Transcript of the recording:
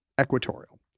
equatorial